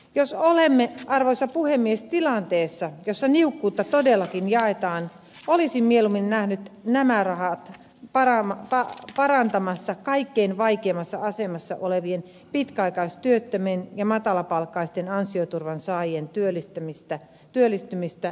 jos olemme arvoisa puhemies tilanteessa jossa niukkuutta todellakin jaetaan olisin mieluummin nähnyt nämä rahat parantamassa kaikkein vaikeimmassa asemassa olevien pitkäaikaistyöttömien ja matalapalkkaisten ansioturvan saajien työllistymistä ja toimeentuloa